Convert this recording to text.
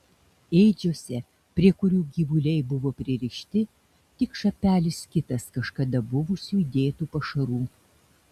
ėdžiose prie kurių gyvuliai buvo pririšti tik šapelis kitas kažkada buvusių įdėtų pašarų